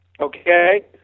Okay